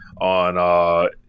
on